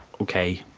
okay,